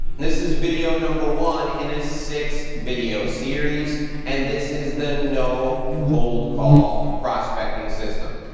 this is video number one in a six video series and this is the no cold call prospecting system.